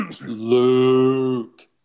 Luke